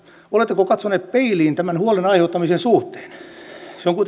oletteko katsoneet peiliin tämän huolen aiheuttamisen suhteen